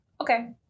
Okay